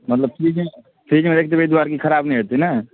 मतलब फ्रिज फ्रिजमे राखि देबै एहि दुआरे कि खराब नहि हेतै ने